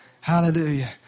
Hallelujah